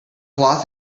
cloth